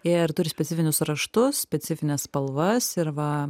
ir turi specifinius raštus specifines spalvas ir va